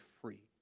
free